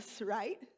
right